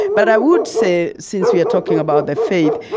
but i would say, since we are talking about the faith,